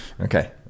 Okay